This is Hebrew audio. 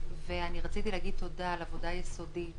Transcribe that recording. ורציתי להגיד תודה על עבודה יסודית